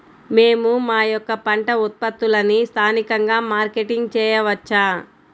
మేము మా యొక్క పంట ఉత్పత్తులని స్థానికంగా మార్కెటింగ్ చేయవచ్చా?